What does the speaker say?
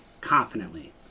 confidently